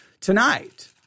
Tonight